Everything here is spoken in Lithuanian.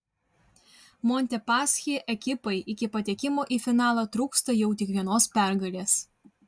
montepaschi ekipai iki patekimo į finalą trūksta jau tik vienos pergalės